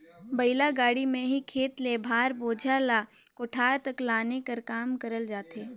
बइला गाड़ी मे ही खेत ले भार, बोझा ल कोठार तक लाने कर काम करल जाथे